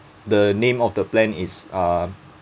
the name of the plan is uh